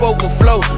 Overflow